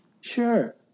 Sure